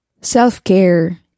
Self-care